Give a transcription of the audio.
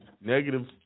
negative